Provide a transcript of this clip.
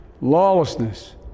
lawlessness